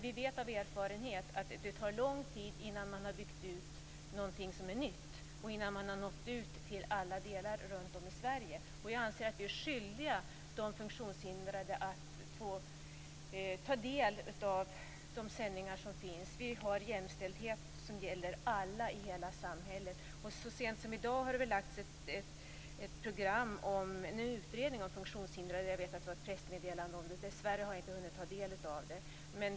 Vi vet av erfarenhet att det tar lång tid innan man har byggt ut någonting som är nytt och innan man har nått ut till alla delar av Sverige. Jag anser att vi är skyldiga att låta de funktionshindrade ta del av de sändningar som finns. Vi har en jämställdhet som gäller alla i hela samhället. Så sent som i dag hörde jag talas om en utredning om de funktionshindrade. Jag vet att det var ett pressmeddelande om det. Dessvärre har jag inte hunnit ta del av det.